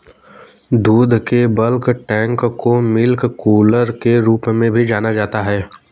दूध के bulk tank को मिल्क कूलर के रूप में भी जाना जाता है